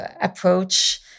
approach